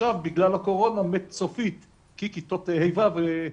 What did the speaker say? ועכשיו בגלל הקורונה מת סופית כי כיתות ה' ו'